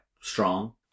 strong